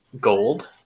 gold